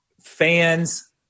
fans